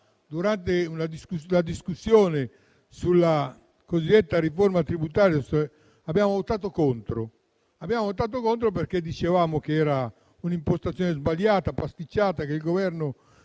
durante la discussione sulla cosiddetta riforma tributaria, abbiamo votato contro, perché dicevamo che l'impostazione era sbagliata e pasticciata. Il Governo,